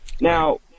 Now